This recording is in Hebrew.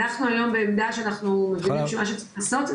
אנחנו היום בעמדה שאנחנו חושבים שמה שצריך לעשות,